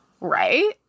right